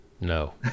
no